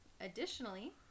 Additionally